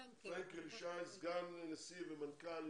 פרנקל ישי, סגן נשיא ומנכ"ל